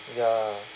ya